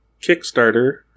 Kickstarter